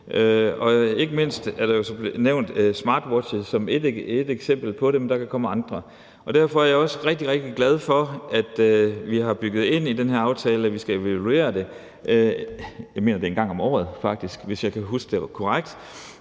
Ikke mindst er der blevet nævnt smartwatches som et eksempel på det, men der kan komme andre. Derfor er jeg også rigtig, rigtig glad for, at vi har bygget ind i den her aftale, at vi skal evaluere det, og jeg mener, at det faktisk er en gang om året, hvis jeg husker det korrekt.